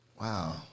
Wow